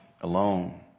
alone